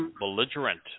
belligerent